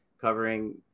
covering